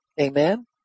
Amen